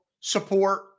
support